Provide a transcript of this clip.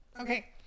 Okay